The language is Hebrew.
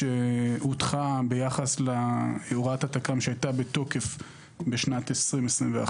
שהוטחה ביחס להוראת התכ"מ (תקנות כספים ומשק) שהייתה בתוקף בשנת 2021,